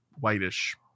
whitish